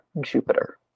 Jupiter